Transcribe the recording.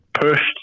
pushed